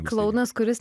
klounas kuris